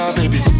baby